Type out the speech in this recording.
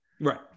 right